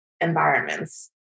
environments